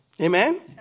Amen